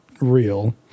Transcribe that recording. real